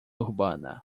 urbana